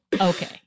okay